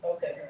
Okay